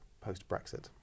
post-Brexit